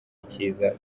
icyiza